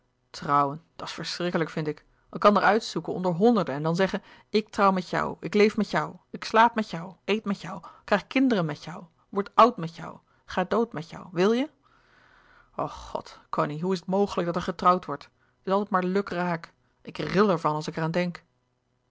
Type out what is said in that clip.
trouwen dat is verschrikkelijk vind ik elkander uitzoeken onder honderden en dan zeggen ik trouw met jou ik leef met jou ik slaap met jou eet met jou krijg kinderen met jou word oud met jou ga dood met jou wil je o god cony hoe is het mogelijk dat er getrouwd wordt het is altijd maar luk raak ik ril ervan als ik er aan denk